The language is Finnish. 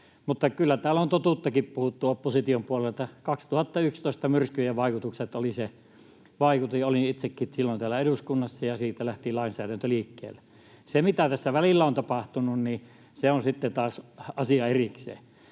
Kyllä täällä on totuuttakin puhuttu opposition puolelta: vuonna 2011 myrskyjen vaikutukset olivat se vaikutin, ja olin itsekin silloin täällä eduskunnassa, ja siitä lähti lainsäädäntö liikkeelle. Se, mitä tässä välillä on tapahtunut, on sitten taas asia erikseen.